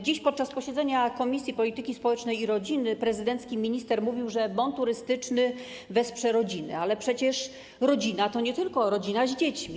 Dziś podczas posiedzenia Komisji Polityki Społecznej i Rodziny prezydencki minister mówił, że bon turystyczny wesprze rodziny, ale przecież rodzina to nie tylko rodzina z dziećmi.